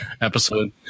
episode